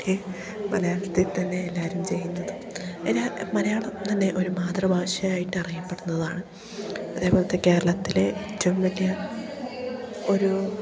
മലയാളത്തിൽ തന്നെ എല്ലാവരും ചെയ്യുന്നതും എല്ലാ മലയാളം തന്നെ ഒരു മാതൃഭാഷ ആയിട്ട് അറിയപ്പെടുന്നതുമാണ് അതേപോലത്തെ കേരളത്തിലെ ഏറ്റവും വലിയ ഒരു